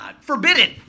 forbidden